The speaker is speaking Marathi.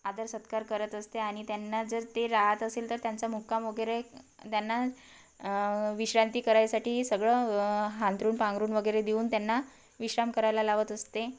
आदरसत्कार करत असते आणि त्यांना जर ते राहत असेल तर त्यांचा मुक्काम वगैरे त्यांना विश्रांती करायसाठी सगळं अंथरूण पांघरूण वगैरे देऊन त्यांना विश्राम करायला लावत असते